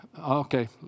okay